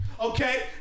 Okay